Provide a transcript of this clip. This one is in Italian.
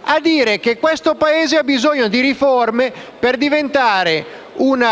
a dire che questo Paese ha bisogno di riforme per diventare un